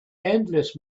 endless